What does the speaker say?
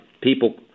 people